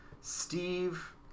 Steve